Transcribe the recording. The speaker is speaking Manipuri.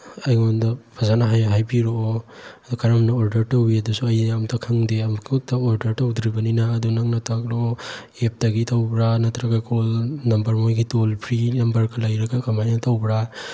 ꯑꯩꯉꯣꯟꯗ ꯐꯖꯅ ꯍꯥꯏꯕꯤꯔꯛꯑꯣ ꯑꯗꯨ ꯀꯔꯝꯅ ꯑꯣꯔꯗꯔ ꯇꯧꯏꯗꯨꯁꯨ ꯑꯩ ꯑꯃꯇ ꯈꯪꯗꯦ ꯑꯃꯨꯛꯐꯧꯇ ꯑꯣꯔꯗꯔ ꯇꯧꯗ꯭ꯔꯤꯕꯅꯤꯅ ꯑꯗꯨ ꯅꯪꯅ ꯇꯥꯛꯂꯛꯑꯣ ꯑꯦꯞꯇꯒꯤ ꯇꯧꯕ꯭ꯔ ꯅꯠꯇ꯭ꯔꯒ ꯀꯣꯜ ꯅꯨꯝꯕꯔ ꯃꯣꯏꯒꯤ ꯇꯣꯜ ꯐ꯭ꯔꯤ ꯅꯝꯕꯔꯀ ꯂꯩꯔꯒ ꯀꯃꯥꯏꯅ ꯇꯧꯕ꯭ꯔ